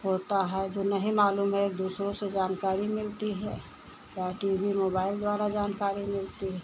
होता है जो नहीं मालूम है एक दूसरे से जानकारी मिलती है चाहे टी वी मोबाइल द्वारा जानकारी मिलती है